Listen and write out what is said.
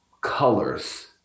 colors